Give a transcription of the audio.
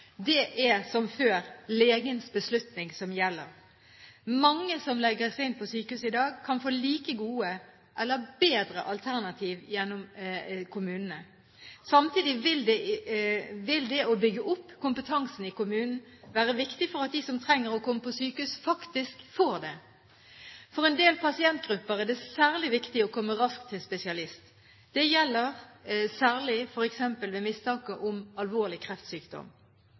Det er som før legens beslutning som gjelder. Mange som legges inn på sykehus i dag, kan få like gode eller bedre alternativ gjennom kommunene. Samtidig vil det å bygge opp kompetansen i kommunene være viktig for at de som trenger å komme på sykehus, faktisk får det. For en del pasientgrupper er det særlig viktig å komme raskt til spesialist. Det gjelder særlig f.eks. ved mistanke om alvorlig kreftsykdom.